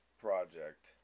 project